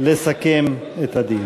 לסכם את הדיון.